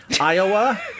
Iowa